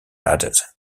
added